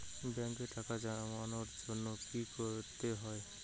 ব্যাংকে টাকা জমানোর জন্য কি কি করতে হয়?